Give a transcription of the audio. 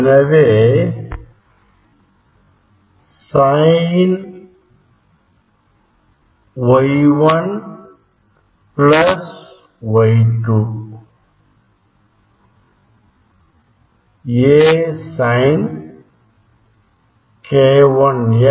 எனவே A sin Y 1 Y2